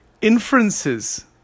inferences